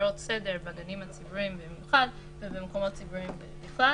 והפרות הסדר בגנים הציבוריים במיוחד ובמקומות ציבוריים בכלל